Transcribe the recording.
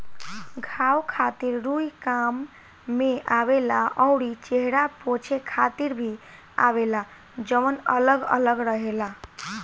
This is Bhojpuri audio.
घाव खातिर रुई काम में आवेला अउरी चेहरा पोछे खातिर भी आवेला जवन अलग अलग रहेला